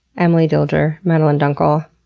emily dilger, madelyn dunkle,